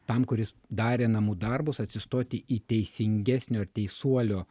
tam kuris darė namų darbus atsistoti į teisingesnio ar teisuolio